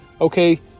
okay